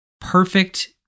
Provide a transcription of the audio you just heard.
perfect